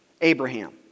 Abraham